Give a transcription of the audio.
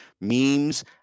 memes